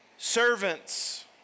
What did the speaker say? Servants